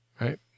right